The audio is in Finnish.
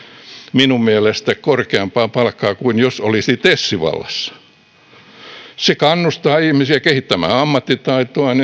minun mielestäni korkeampaa palkkaa kuin jos olisi tes vallassa se kannustaa ihmisiä kehittämään ammattitaitoaan